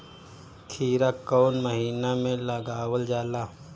खीरा कौन महीना में लगावल जाला?